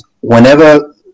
whenever